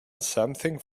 something